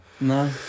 No